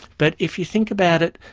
but if you think about it,